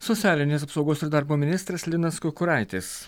socialinės apsaugos ir darbo ministras linas kukuraitis